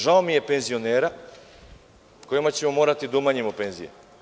Žao mi je penzionera kojima ćemo morati da umanjimo penzije.